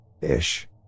Ish